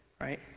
right